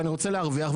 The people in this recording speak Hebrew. ואני רוצה להרוויח,